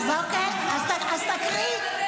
אוקיי, אז תקריאי.